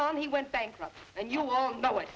on he went bankrupt and you won't know